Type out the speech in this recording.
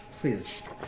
please